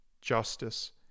justice